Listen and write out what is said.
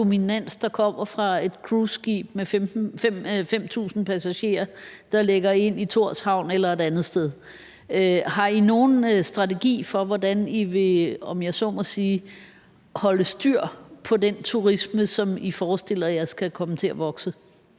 dominans der kommer fra et krydstogtskib med 5.000 passagerer, der ligger ind i Tórshavn eller et andet sted. Har I nogen strategi for, hvordan I – om jeg så må sige – vil holde styr på den turisme, som I forestiller jer skal komme til at vokse?